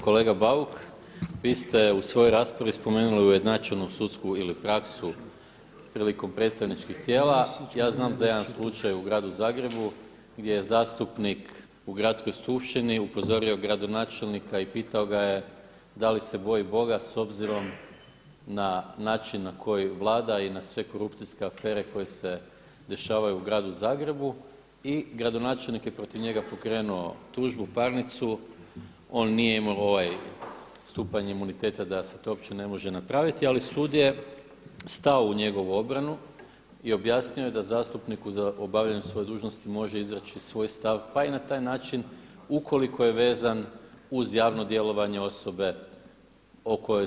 Kolega Bauk vi ste u svojoj raspravi spomenuli ujednačenu sudsku ili praksu prilikom predstavnički tijela, ja znam za jedan slučaj u Gradu Zagrebu gdje je zastupnik u gradskoj skupštini upozorio gradonačelnika i pitao ga je da li se boji Boga s obzirom na način na koji vlada i na sve korupcijske afere koje se dešavaju u Gradu Zagrebu i gradonačelnik je protiv njega pokrenuo tužbu, parnicu, on nije imao ovaj stupanj imuniteta da se to opće ne može napraviti ali sud je stao u njegovo obranu i objasnio je da zastupniku za obavljanje svoje dužnosti može izreći svoj stav pa i na taj način ukoliko je vezan uz javno djelovanje osobe o kojoj se